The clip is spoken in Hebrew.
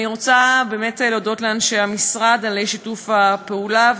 אני רוצה להודות לאנשי המשרד על שיתוף הפעולה,